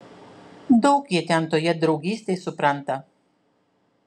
daug jie ten toje draugystėj supranta